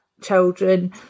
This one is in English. children